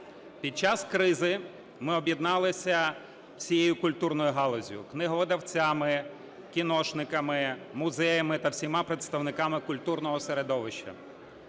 Під час кризи ми об'єдналися всією культурною галуззю: книговидавцями, кіношниками, музеями та всіма представниками культурного середовища.